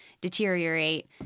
deteriorate